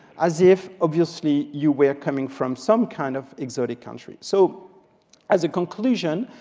as if, obviously, you were coming from some kind of exotic country. so as a conclusion,